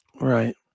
Right